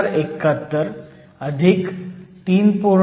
3 4071 3